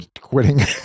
quitting